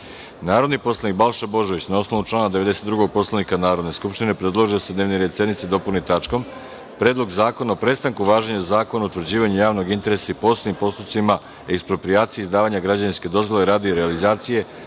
predlog. Narodni poslanik Balša Božović na osnovu člana 92. Poslovnika Narodne skupštine predložio da se dnevni red sednice dopuni tačkom – Predlog zakona o prestanku važenja zakona o utvrđivanju javnog interesa i posebnim postupcima eksproprijacije i izdavanje građevinske dozvole radi realizacije